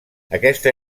aquesta